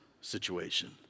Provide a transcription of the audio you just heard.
situation